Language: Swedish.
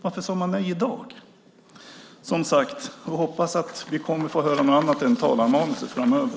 Varför sade man nej i dag? Jag hoppas att vi kommer att få höra något annat än talarmanuset framöver.